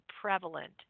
prevalent